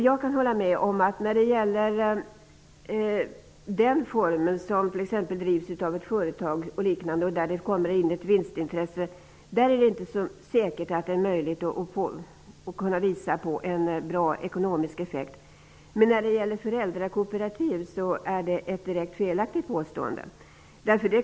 Jag kan hålla med om att det i de fall det är fråga om ett företag som driver verksamheten med vinstintresse inte är säkert att man kan visa på en god effekt på ekonomin. Men i fråga om föräldrakooperativ är det ett direkt felaktigt påstående.